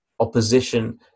opposition